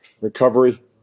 recovery